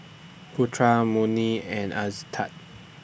Putra Murni and Aizat